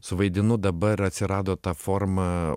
suvaidinu dabar atsirado ta forma